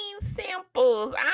samples